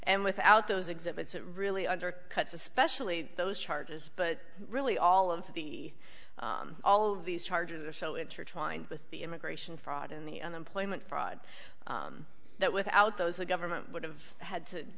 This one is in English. and without those exhibits it really undercuts especially those charges but really all of the all of these charges are so intertwined with the immigration fraud in the unemployment fraud that without those the government would have had to